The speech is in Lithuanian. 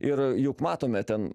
ir juk matome ten